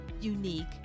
unique